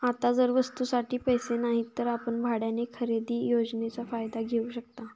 आता जर वस्तूंसाठी पैसे नाहीत तर आपण भाड्याने खरेदी योजनेचा फायदा घेऊ शकता